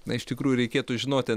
na iš tikrųjų reikėtų žinoti